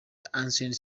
ancient